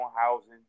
housing